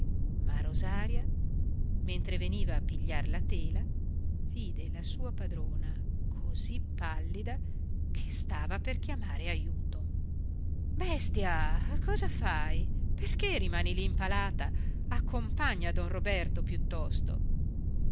ma rosaria mentre veniva a pigliar la tela vide la sua padrona così pallida che stava per chiamare aiuto bestia cosa fai perché rimani lì impalata accompagna don roberto piuttosto